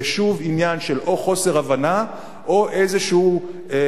זה שוב עניין או של חוסר הבנה או של איזה רצון